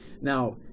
now